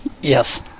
Yes